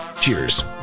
cheers